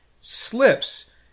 slips